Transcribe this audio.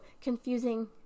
confusing